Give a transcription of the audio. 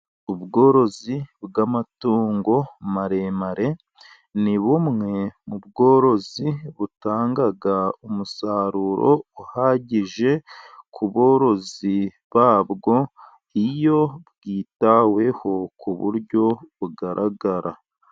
Ubworozi bw'amatungo maremare, ni bumwe mu bworozi butanga umusaruro uhagije ku borozi babwo, iyo bwitaweho ku buryo bugaragara.